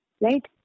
Right